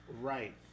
Right